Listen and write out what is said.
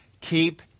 keep